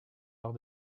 lors